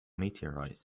meteorites